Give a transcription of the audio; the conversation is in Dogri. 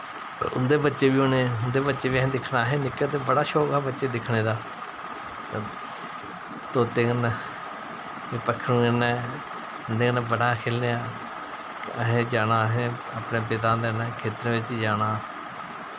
उं'दे बच्चे बी होने उं'दे बच्चे बी असें दिक्खने असें निक्के होंदे बड़ा शौंक हा बच्चे दिक्खने दा ते तोतें कन्नै पक्खरुएं कन्नै उंदे कन्नै बड़ा खेलेआ असें जाना असें अपने पिता हुंदे कन्नै खेत्तरें च जाना